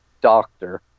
doctor